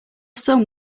son